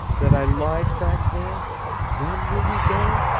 that i lied back there then will you go?